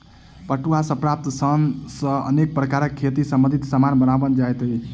पटुआ सॅ प्राप्त सन सॅ अनेक प्रकारक खेती संबंधी सामान बनओल जाइत अछि